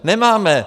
Nemáme.